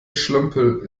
schlömpel